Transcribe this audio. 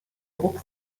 druck